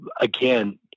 again